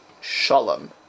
Shalom